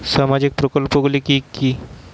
সামাজিক প্রকল্পগুলি কি কি?